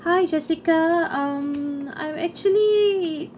hi jessica um I'm actually